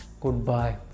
Goodbye